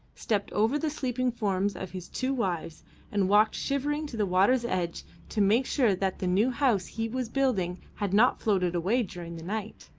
stepped over the sleeping forms of his two wives and walked shivering to the water's edge to make sure that the new house he was building had not floated away during the night.